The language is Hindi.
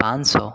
पाँच सौ